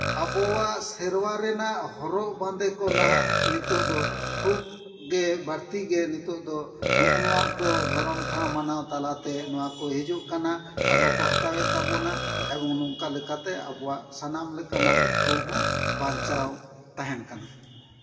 ᱟᱵᱚᱣᱟᱜ ᱥᱮᱨᱣᱟ ᱨᱮᱱᱟᱜ ᱦᱚᱨᱚᱜ ᱵᱟᱸᱫᱮ ᱠᱚ ᱱᱟᱦᱟᱜ ᱱᱤᱛᱚᱜ ᱫᱚ ᱠᱷᱩᱵᱽ ᱜᱮ ᱵᱟᱹᱲᱛᱤ ᱜᱮ ᱱᱤᱛᱚᱜ ᱫᱚ ᱱᱚᱜᱼᱚ ᱠᱚ ᱫᱷᱚᱨᱚᱢ ᱴᱷᱟᱶ ᱢᱟᱱᱟᱣ ᱛᱟᱞᱟᱛᱮ ᱱᱚᱣᱟ ᱠᱚ ᱦᱤᱡᱩᱜ ᱠᱟᱱᱟ ᱟᱵᱚ ᱠᱚ ᱦᱟᱛᱟᱣᱮᱫ ᱛᱟᱵᱚᱱᱟ ᱮᱵᱚᱝ ᱱᱚᱝᱠᱟ ᱞᱮᱠᱟᱛᱮ ᱟᱵᱚᱣᱟᱜ ᱥᱟᱱᱟᱢ ᱞᱮᱠᱟᱱᱟᱜ ᱩᱯᱨᱩᱢ ᱦᱚᱸ ᱵᱟᱧᱪᱟᱣ ᱛᱟᱦᱮᱱ ᱠᱟᱱᱟ